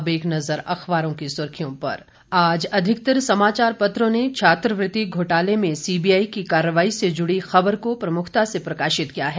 अब एक नज़र अखबारों की सुर्खियों पर आज अधिकतर समाचार पत्रों ने छात्रवृति घोटाले में सीबीआई की कार्रवाई से जुड़ी खबर को प्रमुखता से प्रकाशित किया है